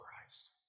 Christ